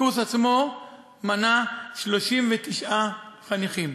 הקורס עצמו מנה 39 חניכים.